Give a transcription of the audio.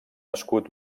escut